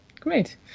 Great